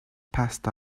passed